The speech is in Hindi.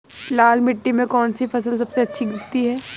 लाल मिट्टी में कौन सी फसल सबसे अच्छी उगती है?